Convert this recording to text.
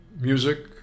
music